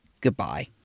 Goodbye